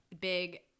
big